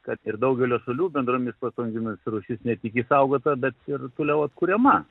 kad ir daugelio šalių bendromis pastangomis rūšis ne tik išsaugota bet ir toliau atkuriama